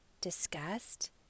disgust